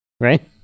right